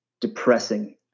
depressing